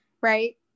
Right